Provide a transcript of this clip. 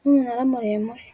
n'umunara muremure.